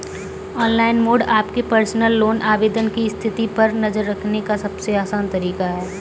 online mode आपके personal loan आवेदन की स्थिति पर नज़र रखने का सबसे आसान तरीका है